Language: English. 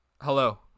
Hello